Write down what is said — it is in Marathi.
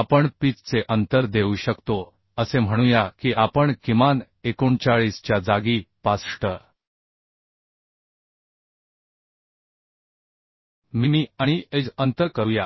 आपण पिच चे अंतर देऊ शकतो असे म्हणूया की आपण किमान 39 च्या जागी 65 मिमी आणि एज अंतर करूया